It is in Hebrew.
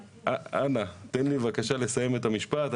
אנא, תן לי בבקשה לסיים את המשפט.